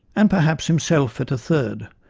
and perhaps himself at a third,